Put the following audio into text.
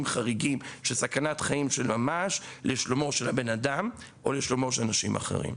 חריגים של סכנת חיים של ממש לשלומו של האדם או אנשים אחרים.